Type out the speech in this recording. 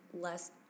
less